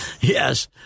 Yes